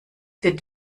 wird